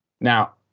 Now